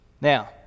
Now